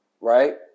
right